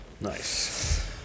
nice